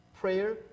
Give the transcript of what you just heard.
Prayer